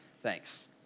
thanks